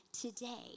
today